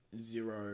zero